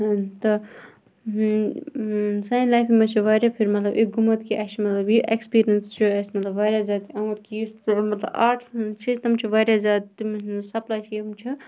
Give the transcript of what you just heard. تہٕ سانہِ لایفہِ مَنٛز چھُ واریاہ پھِرِ مَطلَب اِ گوٚمُت کہِ مَطلَب یہِ ایٚکسپیٖریَنس چھُ اَسہِ واریاہ زیادٕ آمُت کہِ یُس آٹس مَنٛز چھِ تِم چھِ واریاہ زیادٕ